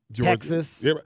Texas